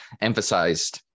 emphasized